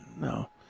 No